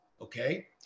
Okay